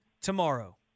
tomorrow